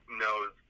knows